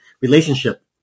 relationship